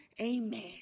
amen